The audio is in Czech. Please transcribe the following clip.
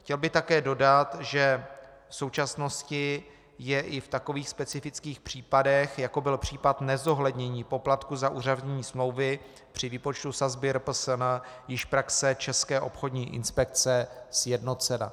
Chtěl bych také dodat, že v současnosti je i v takových specifických případech, jako byl případ nezohlednění poplatku za uzavření smlouvy při výpočtu sazby RPSN, již praxe České obchodní inspekce sjednocena.